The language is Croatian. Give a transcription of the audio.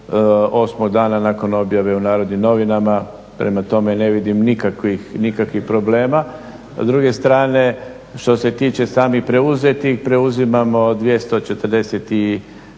osmog dana nakon objave u Narodnim novinama. Prema tome ne vidim nikakvih problema. A s druge strane što se tiče samih preuzetih preuzimamo 243,